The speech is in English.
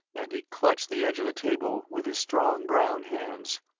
and he clutched the edge of the table with his strong brown hands.